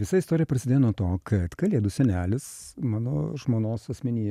visa istorija prasidėjo nuo to kad kalėdų senelis mano žmonos asmeny